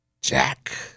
Jack